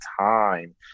time